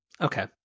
okay